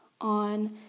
on